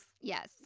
Yes